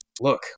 look